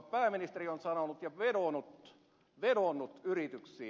pääministeri on vedonnut yrityksiin